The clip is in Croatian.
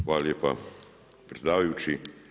Hvala lijepa predsjedavajući.